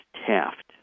Taft